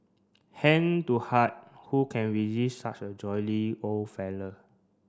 hand to heart who can resist such a jolly old fellow